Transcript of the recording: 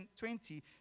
20